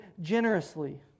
generously